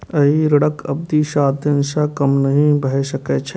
एहि ऋणक अवधि सात दिन सं कम नहि भए सकै छै